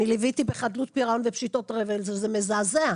אני ליוויתי בחדלות פירעון ופשיטות רגל שזה מזעזע.